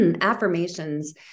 affirmations